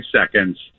seconds